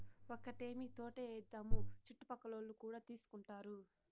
ఒక్కటేమీ తోటే ఏద్దాము చుట్టుపక్కలోల్లు కూడా తీసుకుంటారు